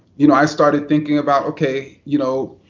you know, i started thinking about, okay, you know,